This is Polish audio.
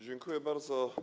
Dziękuję bardzo.